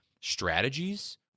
strategies